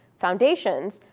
Foundations